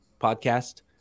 podcast